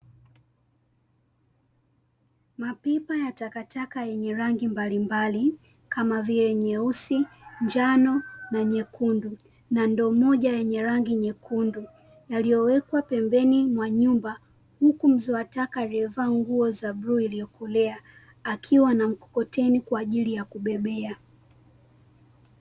Mapipa ya takataka yenye rangi mbalimbali kama vile: nyeusi, njano na nyekundu na ndoo moja yenye rangi nyekundu; yaliyowekwa pembeni mwa nyumba. Huku mzoa taka aliyevaa nguo za bluu iliyokolea akiwa na mkokoteni kwa ajili ya kubebea.